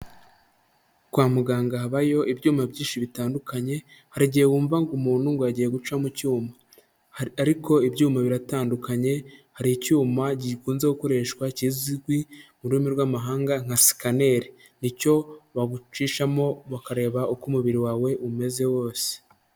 Kwa muganga habayo ibyuma byinshi bitandukanye, hari igihe wumva umuntu ngo yagiye guca mu cyuma ariko ibyuma biratandukanye, hari icyuma gikunze gukoreshwa kizwi mu rurimi rwa'amahanga nka sikaneri; ni cyo bagucishamo bakareba uko umubiri wawe umeze wose.